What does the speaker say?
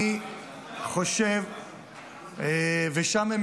אני חושב --- לא מאמין, לא בשום דבר.